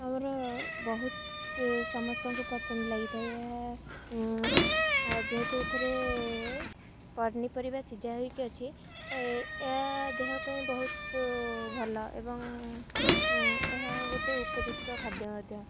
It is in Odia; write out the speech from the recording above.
ଆମର ବହୁତ ସମସ୍ତଙ୍କୁ ପସନ୍ଦ ଲାଗିଥାଏ ଏହା ଯେହେତୁ ଏଥିରେ ପନିପରିବା ସିଝା ହୋଇକି ଅଛି ତ ଏ ଏହା ଦେହ ପାଇଁ ବହୁତ ଭଲ ଏବଂ ଏହା ଗୋଟେ ଉପଯୁକ୍ତ ଖାଦ୍ୟ ମଧ୍ୟ